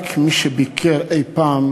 רק מי שביקר אי-פעם,